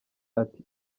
ati